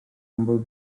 ambos